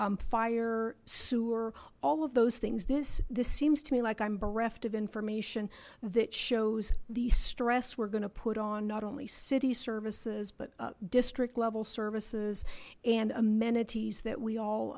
fire sewer all of those things this this seems to me like i'm bereft of information that shows these stress we're going to put on not only city services but district level services and amenities that we all